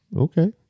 Okay